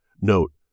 Note